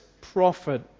prophet